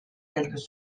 quelques